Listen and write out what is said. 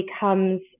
becomes